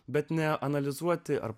bet ne analizuoti ar